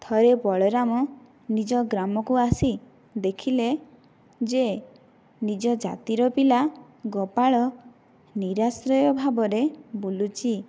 ଥରେ ବଳରାମ ନିଜ ଗ୍ରାମକୁ ଆସି ଦେଖିଲେ ଯେ ନିଜ ଜାତିର ପିଲା ଗୋପାଳ ନିରାଶ୍ରୟ ଭାବରେ ବୁଲୁଛି